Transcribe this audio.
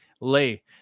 lay